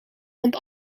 want